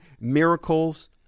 miracles